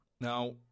Now